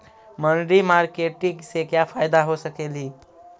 मनरी मारकेटिग से क्या फायदा हो सकेली?